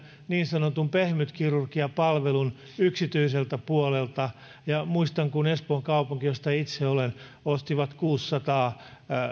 niin sanotun pehmytkirurgiapalvelun yksityiseltä puolelta ja muistan kuinka espoon kaupunki josta itse olen osti kuusisataa